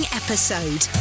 episode